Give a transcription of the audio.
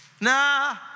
nah